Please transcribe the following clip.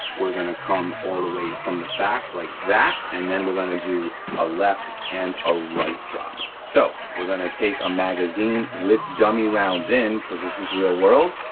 we're gonna come all the way from the back like that, and then we're gonna do a left and a right drop. so we're gonna take a magazine with dummy rounds in, cause this is real world,